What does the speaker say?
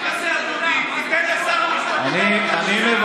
אני מציע, דודי, שתיתן לשר המשפטים, אני מבקש,